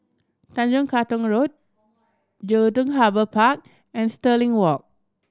Tanjong Katong Road Jelutung Harbour Park and Stirling Walk